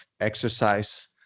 exercise